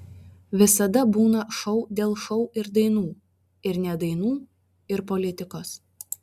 visada būna šou dėl šou ir dainų ir ne dainų ir politikos